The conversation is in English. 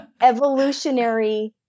evolutionary